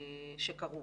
שקרו.